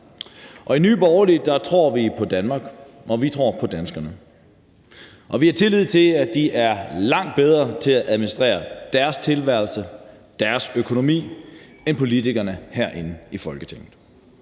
I Nye Borgerlige tror vi på Danmark, og vi tror på danskerne, og vi har tillid til, at de er langt bedre til at administrere deres tilværelse, deres økonomi end politikerne herinde i Folketinget.